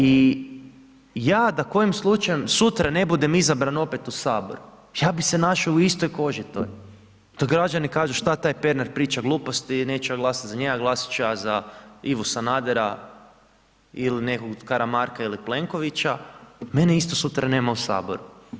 I ja da kojim slučajem sutra ne budem izabran opet u Sabor ja bih se našao u istoj koži toj, da građani kažu šta taj Pernar priča gluposti, neću ja glasati za njega, glasati ću ja za Ivu Sanadera ili nekog Karamarka ili Plenkovića, mene isto sutra nema u Saboru.